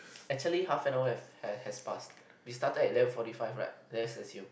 actually half an hour have has has passed we started at eleven forty five right let's assume